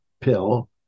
pill